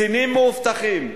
קצינים מאובטחים.